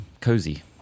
cozy